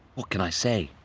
what can i say?